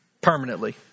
permanently